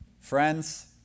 friends